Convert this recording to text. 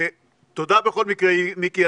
תודה בכל מקרה, מיקי.